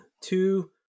two